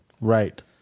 Right